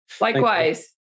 likewise